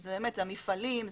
שאלה המפעלים,